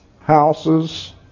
houses